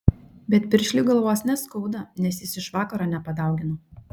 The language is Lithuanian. bet piršliui galvos neskauda nes jis iš vakaro nepadaugino